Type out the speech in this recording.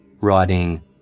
writing